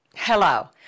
Hello